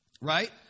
right